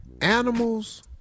animals